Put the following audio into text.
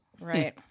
right